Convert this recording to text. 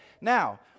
Now